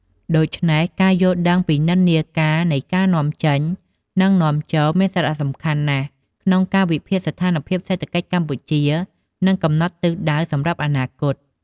ដូច្នេះ ការយល់ដឹងពីនិន្នាការនៃការនាំចេញ និងនាំចូលមានសារៈសំខាន់ណាស់ក្នុងការវិភាគស្ថានភាពសេដ្ឋកិច្ចកម្ពុជា និងកំណត់ទិសដៅសម្រាប់អនាគត។